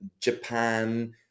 Japan